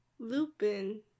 lupin